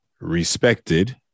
respected